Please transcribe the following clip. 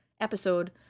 episode